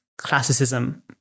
Classicism